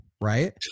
right